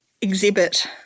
exhibit